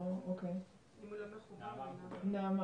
אם הוא לא מחובר אז לנעמה.